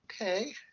Okay